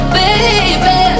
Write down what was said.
baby